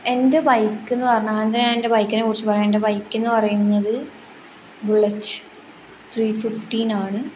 എൻ്റെ ബൈക്ക് എന്ന് പറഞ്ഞാൽ അദ്യം എൻ്റെ ബൈക്കിനെ കുറിച്ച് പറയാം എൻ്റെ ബൈക്കെന്ന് പറയുന്നത് ബുുള്ളറ്റ് ത്രീ ഫിഫ്റ്റീനാണ്